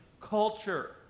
culture